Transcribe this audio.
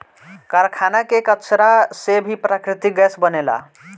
कारखाना के कचरा से भी प्राकृतिक गैस बनेला